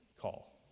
call